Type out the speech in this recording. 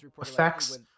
effects